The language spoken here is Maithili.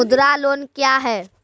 मुद्रा लोन क्या हैं?